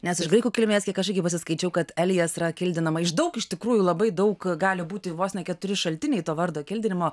nes iš graikų kilmės kiek aš irgi pasiskaičiau kad elijas yra kildinama iš daug iš tikrųjų labai daug gali būti vos ne keturi šaltiniai to vardo kildinimo